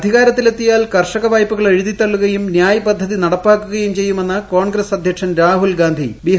അധികാരത്തിലെത്തിയാൽ കർഷക വായ്പകൾ എഴുതിത്തള്ളുകയും നൃായ് പദ്ധതി നടപ്പിലാക്കുകയും ചെയ്യുമെന്ന് കോൺഗ്രസ് അധ്യക്ഷൻ രാഹുൽഗാന്ധി ബിഹാറിൽ പറഞ്ഞു